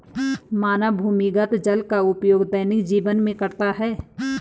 मानव भूमिगत जल का उपयोग दैनिक जीवन में करता है